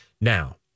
Now